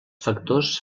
factors